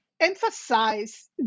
emphasize